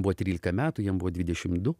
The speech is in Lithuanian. buvo trylika metų jam buvo dvidešimt du